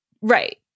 Right